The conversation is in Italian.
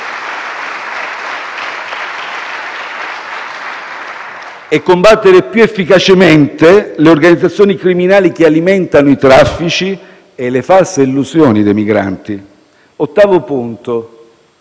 e combattere più efficacemente le organizzazioni criminali che alimentano i traffici e le false illusioni dei migranti. Ottavo